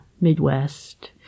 Midwest